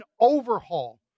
overhaul